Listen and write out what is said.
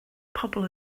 pobl